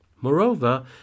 Moreover